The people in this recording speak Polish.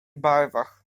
barwach